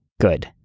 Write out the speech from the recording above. Good